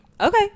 Okay